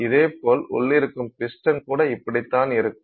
இதேபோல் உள்ளிருக்கும் பிஸ்டன் கூட இப்படிதான் இருக்கும்